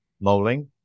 molding